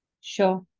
Sure